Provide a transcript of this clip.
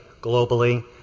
globally